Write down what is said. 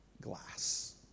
Glass